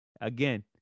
Again